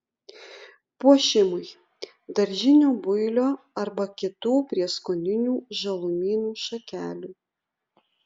puošimui daržinio builio arba kitų prieskoninių žalumynų šakelių